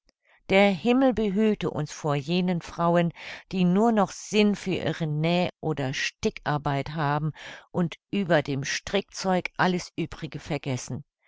der himmel behüte uns vor jenen frauen die nur noch sinn für ihre näh oder stickarbeit haben und über dem strickzeug alles uebrige vergessen